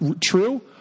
true